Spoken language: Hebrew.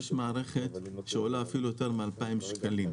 יש מערכת שעולה אפילו יותר מ-2,000 שקלים.